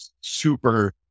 super